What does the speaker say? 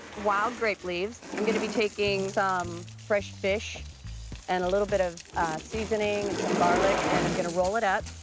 wild grape leaves. i'm gonna be taking some fresh fish and a little bit of seasoning and some garlic, and i'm gonna roll it up